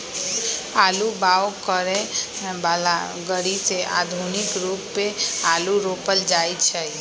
आलू बाओ करय बला ग़रि से आधुनिक रुपे आलू रोपल जाइ छै